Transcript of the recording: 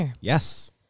Yes